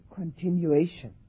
continuation